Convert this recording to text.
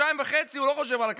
חודשיים וחצי הוא לא חושב על הכלכלה.